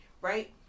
right